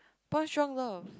boys drunk love